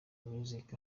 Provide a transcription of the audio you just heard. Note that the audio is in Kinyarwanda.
music